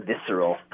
visceral